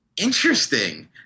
Interesting